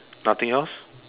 nothing else